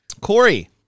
Corey